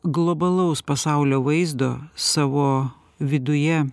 globalaus pasaulio vaizdo savo viduje